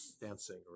dancing